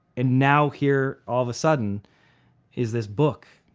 and now here all of a sudden is this book,